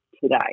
today